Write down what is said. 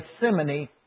Gethsemane